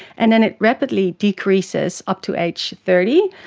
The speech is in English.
and and it rapidly decreases up to age thirty.